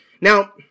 Now